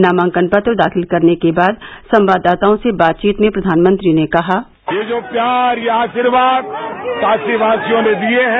नामांकन पत्र दाखिल करने के बाद संवाददाताओं से बातचीत में प्रधानमंत्री ने कहा ये जो प्यार ये आशीर्वाद काशीवासियों ने दिये हैं